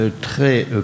très